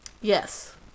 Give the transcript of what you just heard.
Yes